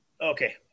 Okay